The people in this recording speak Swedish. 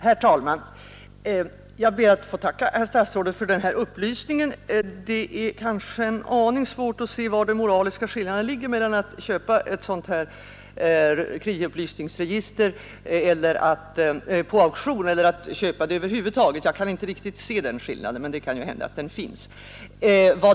Herr talman! Jag ber att få tacka herr statsrådet för den här upplysningen. Det är kanske en aning svårt att se var den moraliska skillnaden ligger mellan att köpa ett sådant här kreditupplysningsregister på auktion och att köpa det över huvud taget; jag kan inte riktigt se skillnaden, men det kan hända att den finns.